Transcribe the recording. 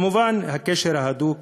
כמובן, יש קשר הדוק